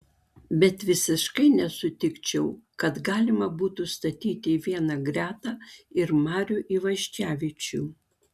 bet visiškai nesutikčiau kad galima būtų statyti į vieną gretą ir marių ivaškevičių